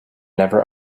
never